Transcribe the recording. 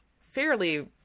fairly